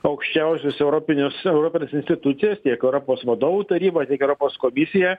aukščiausius europinius europines institucijas tiek europos vadovų tarybą tiek europos komisiją